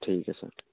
ठीक है सर